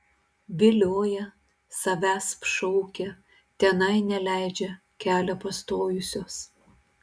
vilioja savęsp šaukia tenai neleidžia kelią pastojusios